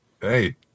Hey